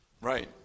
Right